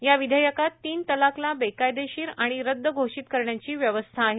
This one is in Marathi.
या विषेयकात तीन तलाकला बेकायदेशीर आणि रद्द घोषित करण्याची व्यवस्था आहे